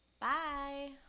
Bye